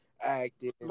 acting